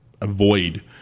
avoid